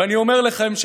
ואני אומר לכם,